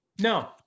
No